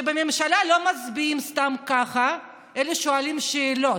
שבממשלה לא מצביעים סתם ככה אלא שואלים שאלות.